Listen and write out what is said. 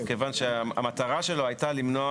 כיוון שהמטרה שלו הייתה למנוע,